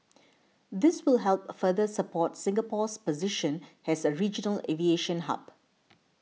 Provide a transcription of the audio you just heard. this will help further support Singapore's position as a regional aviation hub